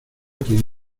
quien